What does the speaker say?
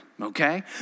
okay